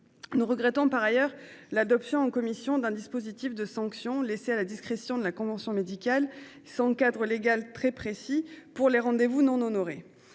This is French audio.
Nous, regrettant par ailleurs l'adoption en commission d'un dispositif de sanctions laissée à la discrétion de la convention médicale sans cadre légal très précis pour les rendez-vous non honorés.